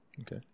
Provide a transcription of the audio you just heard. Okay